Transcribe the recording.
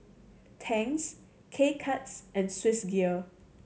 Tangs K Cuts and Swissgear